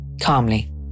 Calmly